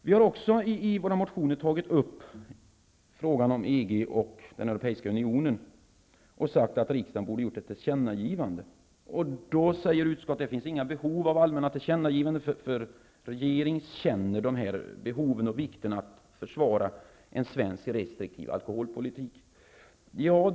Vi har också i våra motioner tagit upp frågan om EG och den europeiska unionen, och vi har sagt att riksdagen borde ha gjort ett tillkännagivande. Utskottet säger då att det inte finnas några behov av allmänna tillkännagivanden, eftersom regeringen känner till behoven och vikten av att försvara en svensk restriktiv alkoholpolitik.